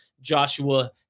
Joshua